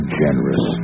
generous